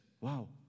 Wow